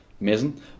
Amazing